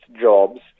jobs